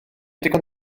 ddigon